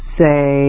say